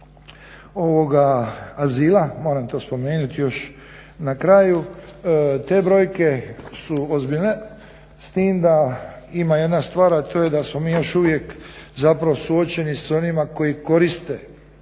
ovoga azila, moram to još spomenuti na kraju, te brojke su ozbiljne s tim da ima jedna stvar, a to je da smo mi još uvije suočeni sa onima koji koriste